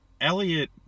Elliot